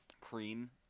cream